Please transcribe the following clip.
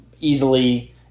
easily